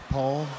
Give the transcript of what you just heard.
Paul